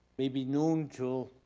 maybe noon till